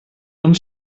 uns